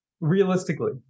Realistically